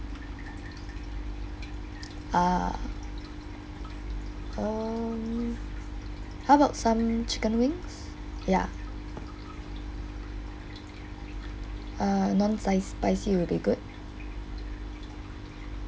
err um how about some chicken wings ya err non scy~ spicy would be good